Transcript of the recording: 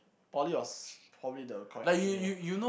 poly was probably the correct option here